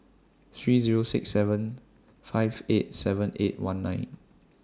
three Zero six seven five eight seven eight one nine